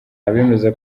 abemeza